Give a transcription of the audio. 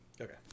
Okay